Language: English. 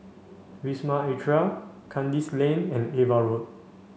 Wisma Atria Kandis Lane and Ava Road